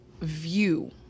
view